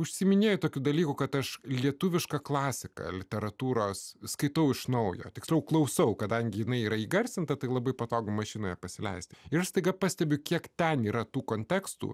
užsiiminėju tokių dalykų kad aš lietuviška klasika literatūros skaitau iš naujo tiksliau klausau kadangi jinai yra įgarsinta tai labai patogu mašinoje pasileisti ir staiga pastebiu kiek ten yra tų kontekstų